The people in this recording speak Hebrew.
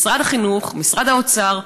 משרד האוצר,